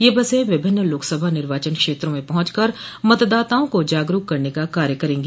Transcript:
यह बसें विभिन्न लोकसभा निर्वाचन क्षेत्रों में पहुंच कर मतदाताओं को जागरूक करने का कार्य करेगी